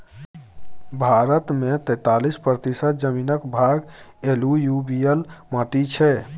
भारत मे तैतालीस प्रतिशत जमीनक भाग एलुयुबियल माटि छै